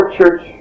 church